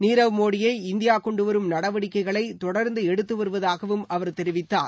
நீரவ் மோடியை இந்தியா கொண்டுவரும் நடவடிக்கைகளை தொடர்ந்து எடுத்துவருவதாகவும் அவர் தெரிவித்தார்